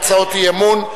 בהצעות אי-אמון.